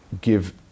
give